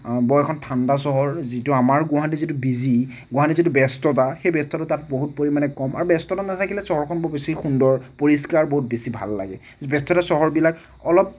বৰ এখন ঠাণ্ডা চহৰ যিটো আমাৰ গুৱাহাটীৰ যিটো বিজি গুৱাহাটীৰ যিটো ব্যস্ততা সেই ব্যস্ততাটো তাত বহুত পৰিমাণে কম আৰু ব্যস্ততা নাথাকিলে চহৰখন বৰ বেছি সুন্দৰ পৰিস্কাৰ বহুত বেছি ভাল লাগে ব্যস্ততাৰ চহৰবিলাক অলপ